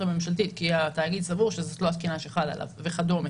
הממשלתית כי התאגיד סבור שזאת לא התקינה שחלה עליו וכדומה.